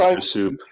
soup